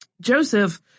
Joseph